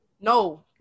No